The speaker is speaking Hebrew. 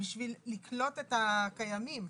בשביל לקלוט את הקיימים,